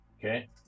Okay